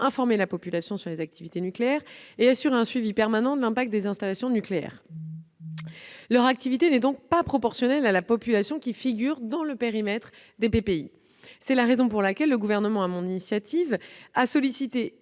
informer la population sur les activités nucléaires et assurer un suivi permanent de l'impact des installations nucléaires. Leur activité n'est donc pas proportionnelle à la population qui figure dans le périmètre des PPI. C'est la raison pour laquelle le Gouvernement, sur mon initiative, a sollicité